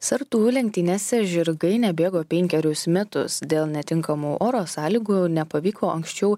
sartų lenktynėse žirgai nebėgo penkerius metus dėl netinkamų oro sąlygų nepavyko anksčiau